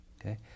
okay